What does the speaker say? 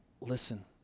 listen